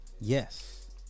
Yes